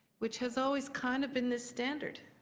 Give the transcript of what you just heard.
which has always kind of been the standard.